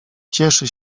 cieszy